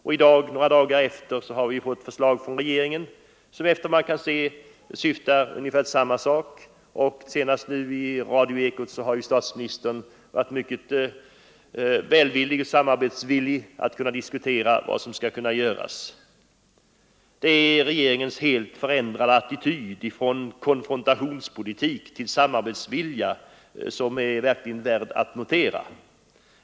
Några dagar senare har vi nu på förmiddagen fått ett förslag från regeringen, som efter vad man kan se syftar till ungefär samma saker. Senast i radioekot har statsministern varit mycket villig att diskutera vad som kan göras. Regeringens helt ändrade attityd från konfrontationspolitik till samarbetsvilja är verkligen värd att notera.